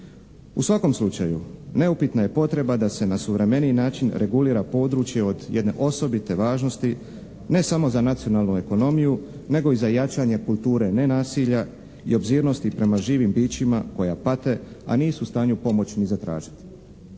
U svakom slučaju neupitna je potreba da se na suvremeniji način regulira područje od jedne osobite važnosti ne samo za nacionalnu ekonomiju nego i za jačanje kulture nenasilja i obzirnosti prema živim bićima koja pate, a nisu u stanju pomoć ni zatražiti.